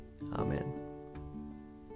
Amen